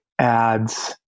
ads